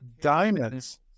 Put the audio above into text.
Diamonds